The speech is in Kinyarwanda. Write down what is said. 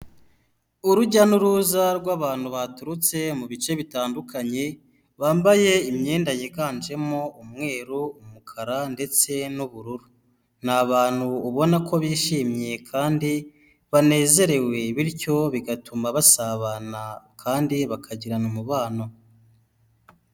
Urujya n'uruza rw'abantu baturutse mu bice bitandukanye, bambaye imyenda yiganjemo umweru, umukara ndetse n'ubururu, ni abantu ubona ko bishimye kandi banezerewe bityo bigatuma basabana kandi bakagirana umubano.